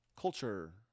culture